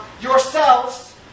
yourselves